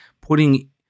putting